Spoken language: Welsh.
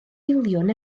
miliwn